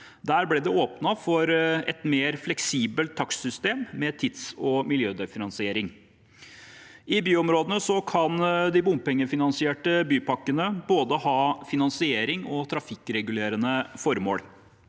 Der ble det åpnet for et mer fleksibelt takstsystem med tids- og miljødifferensiering. I byområdene kan de bompengefinansierte bypakkene ha både finansieringsformål og trafikkregulerende formål.